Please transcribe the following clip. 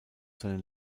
seine